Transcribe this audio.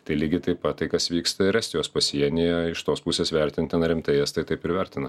tai lygiai taip pat tai kas vyksta ir estijos pasienyje iš tos pusės vertintina rimtai estai taip ir vertina